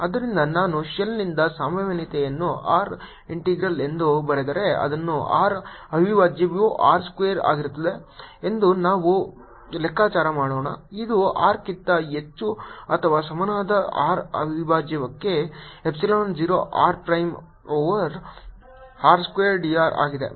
ಆದ್ದರಿಂದ ನಾನು ಶೆಲ್ನಿಂದ ಸಂಭಾವ್ಯತೆಯನ್ನು r ಇಂಟೆಗ್ರಲ್ ಎಂದು ಬರೆದರೆ ಅದನ್ನುr ಅವಿಭಾಜ್ಯವು r ಸ್ಕ್ವೇರ್ ಆಗಿರುತ್ತದೆ ಎಂದು ನಾವು ಲೆಕ್ಕಾಚಾರ ಮಾಡೋಣ ಇದು r ಕ್ಕಿಂತ ಹೆಚ್ಚು ಅಥವಾ ಸಮಾನವಾದ r ಅವಿಭಾಜ್ಯಕ್ಕೆ epsilon 0 r prime over r square d r ಆಗಿದೆ